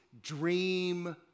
dream